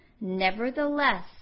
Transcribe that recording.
nevertheless